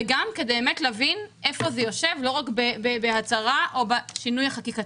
וגם כדי באמת להבין היכן זה יושב לא רק בהצהרה או בשינוי החקיקתי.